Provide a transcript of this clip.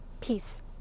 Peace